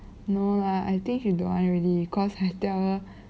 no lah I think she don't want already cause I tell her